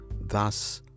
Thus